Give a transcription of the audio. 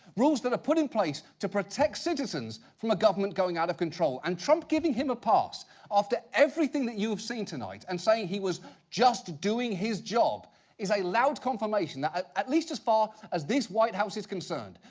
rules that are put in place to protect citizens from a government going out of control. and trump giving him a pass after everything that you have seen tonight and saying he was just doing his job is a loud confirmation that at least as far as this white house is concerned,